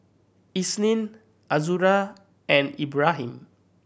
Isnin Azura and Ibrahim